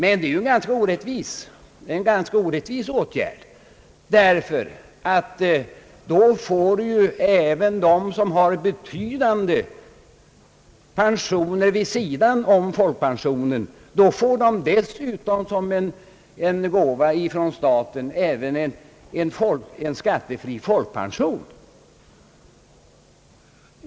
En så dan åtgärd vore emellertid ganska orättvis eftersom de, som har betydande inkomster vid sidan om folkpensionen, som gåva från staten även skulle få en skattefri folkpension.